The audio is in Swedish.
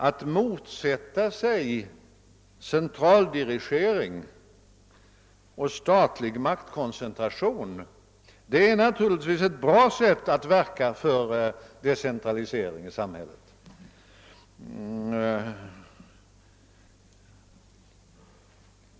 Att motsätta sig centraldirigering och statlig maktkoncentration är naturligtvis ett bra sätt att verka för decentralisering i samhället.